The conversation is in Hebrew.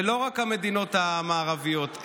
ולא רק במדינות המערביות,